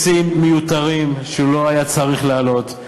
מסים מיותרים שהוא לא היה צריך להעלות,